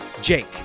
Jake